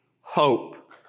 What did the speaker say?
hope